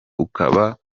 ukaba